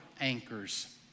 anchors